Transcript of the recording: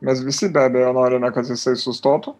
mes visi be abejo norime kad jisai sustotų